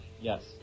Yes